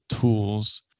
tools